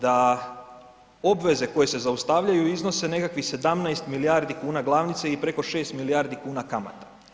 Da obveze koje se zaustavljaju iznose nekakvih 17 milijardi kuna glavnice i preko 6 milijardi kuna kamata.